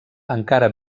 encara